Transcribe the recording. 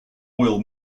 oil